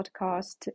podcast